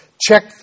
check